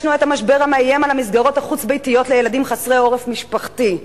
ישנו המשבר המאיים על המסגרות החוץ-ביתיות לילדים חסרי עורף משפחתי,